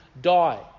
die